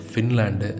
Finland